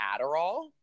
Adderall